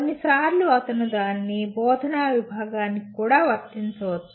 కొన్నిసార్లు అతను దానిని బోధనా విభాగానికి కూడా వర్తించవచ్చు